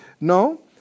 No